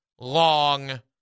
long